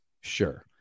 sure